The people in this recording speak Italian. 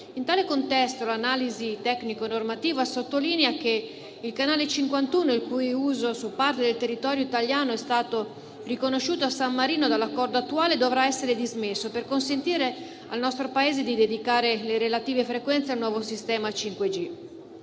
In tale contesto, l'analisi tecnico-normativa sottolinea che il canale 51, il cui uso su parte del territorio italiano è stato riconosciuto a San Marino dall'Accordo attuale, dovrà essere dismesso per consentire al nostro Paese di dedicare le relative frequenze al nuovo sistema 5G.